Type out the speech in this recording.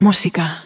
Música